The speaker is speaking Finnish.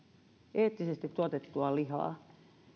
eettisesti tuotettua lihaa